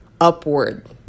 upward